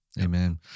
Amen